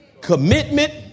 commitment